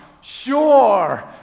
Sure